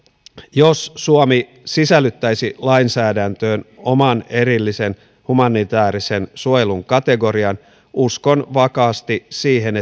jos suomi sisällyttäisi lainsäädäntöön oman erillisen humanitäärisen suojelun kategorian uskon vakaasti siihen